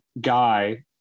guy